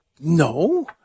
No